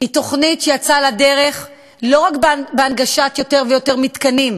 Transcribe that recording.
היא תוכנית שיצאה לדרך לא רק בהנגשת יותר ויותר מתקנים,